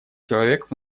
человек